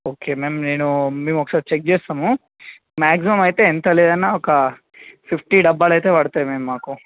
okay ma'am నేను మేమొకసారి check చేస్తాము మ్యాక్సిమమ్ అయితే ఎంత లేదన్నా ఒక ఫిఫ్టీ డబ్బాలైతే పడతాయి మ్యామ్ మాకు